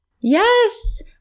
Yes